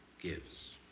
gives